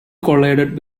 collided